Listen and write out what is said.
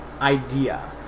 idea